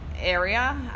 area